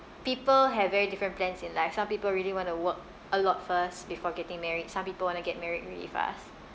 people have very different plans in life some people really want to work a lot first before getting married some people want to get married really fast